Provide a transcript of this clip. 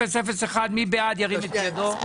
18001, מי בעד ירים את ידו?